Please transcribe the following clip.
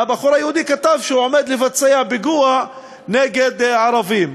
והבחור היהודי כתב שהוא עומד לבצע פיגוע נגד ערבים.